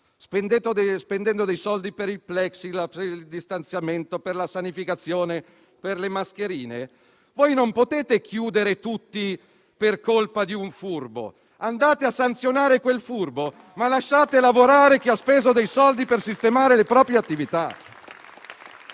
spendendo soldi per il plexiglass, per il distanziamento, per la sanificazione e per le mascherine, poi non potete chiudere tutti per colpa di un furbo. Andate a sanzionare quel furbo, ma lasciate lavorare chi ha speso soldi per sistemare le proprie attività.